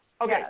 Okay